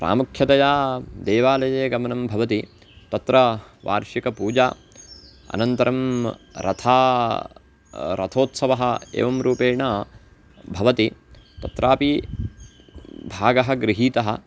प्रामुख्यतया देवालये गमनं भवति तत्र वार्षिकपूजा अनन्तरं रथः रथोत्सवः एवं रूपेण भवति तत्रापि भागः गृहीतः